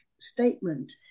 statement